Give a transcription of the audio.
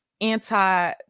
anti